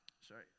sorry